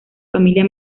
familia